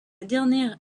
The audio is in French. dernière